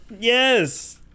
Yes